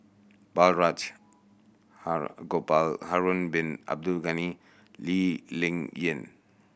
Balraj Gopal Harun Bin Abdul Ghani Lee Ling Yen